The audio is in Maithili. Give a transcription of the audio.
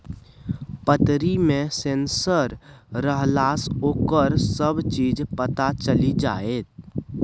पतरी मे सेंसर रहलासँ ओकर सभ चीज पता चलि जाएत